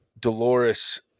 dolores